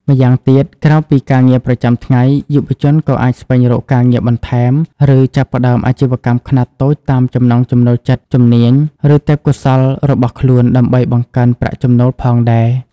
ម្យ៉ាងទៀត ក្រៅពីការងារប្រចាំថ្ងៃ យុវជនក៏អាចស្វែងរកការងារបន្ថែម ឬចាប់ផ្តើមអាជីវកម្មខ្នាតតូចតាមចំណង់ចំណូលចិត្ត ជំនាញ ឬទេពកោសល្យរបស់ខ្លួន ដើម្បីបង្កើនប្រាក់ចំណូលផងដែរ។